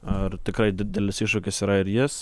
ar tikrai didelis iššūkis yra ir jis